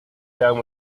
down